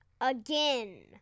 Again